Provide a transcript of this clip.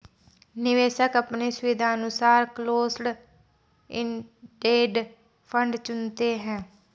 निवेशक अपने सुविधानुसार क्लोस्ड इंडेड फंड चुनते है